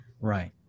Right